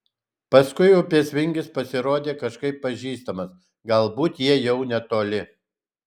paskui upės vingis pasirodė kažkaip pažįstamas galbūt jie jau netoli